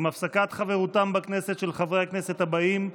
עם הפסקת חברותם בכנסת של חברי הכנסת הבאים,